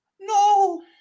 No